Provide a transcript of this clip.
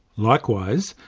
likewise,